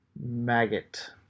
maggot